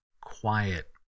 quiet